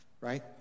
Right